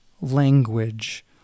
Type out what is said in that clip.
language